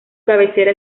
cabecera